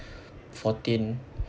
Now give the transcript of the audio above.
fourteen